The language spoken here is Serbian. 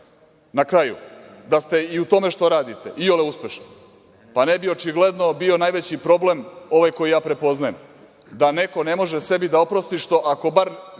kraju, da ste i u tome što radite iole uspešni, pa ne bi očigledno bio najveći problem ovaj koji ja prepoznajem - da neko ne može sebi da oprosti što, ako bar